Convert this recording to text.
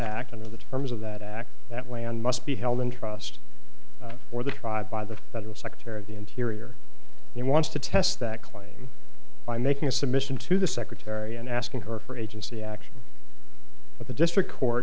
act under the terms of that act that way on must be held in trust for the tribe by the federal secretary of the interior and he wants to test that claim by making a submission to the secretary and asking her for agency action with the district court